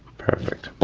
perfect, but